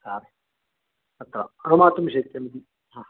हा तथा अनुमातुं शक्यमिति हा